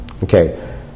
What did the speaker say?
Okay